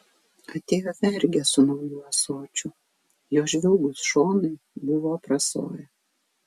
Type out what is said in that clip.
atėjo vergė su nauju ąsočiu jo žvilgūs šonai buvo aprasoję